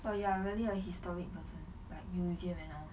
well you are really a historic person like museum and all